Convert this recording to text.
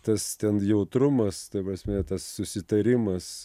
tas ten jautrumas ta prasme tas susitarimas